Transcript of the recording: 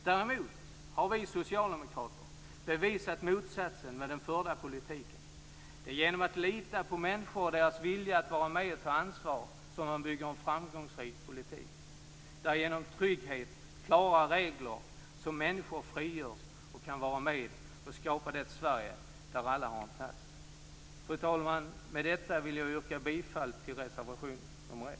Däremot har vi socialdemokrater bevisat motsatsen med den förda politiken. Det är genom att lita på människor och deras vilja att vara med och ta ansvar som man bygger en framgångsrik politik. Det är genom trygghet och klara regler som människor frigörs och kan vara med och skapa det Sverige där alla har en plats. Fru talman! Med detta vill jag yrka bifall till reservation nr 1.